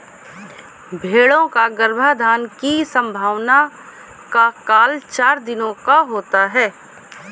भेंड़ों का गर्भाधान की संभावना का काल चार दिनों का होता है